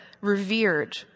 revered